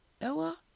Ella